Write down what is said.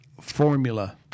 formula